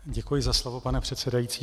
Děkuji za slovo, pane předsedající.